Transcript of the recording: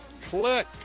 Click